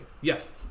Yes